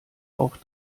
auch